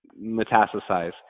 metastasize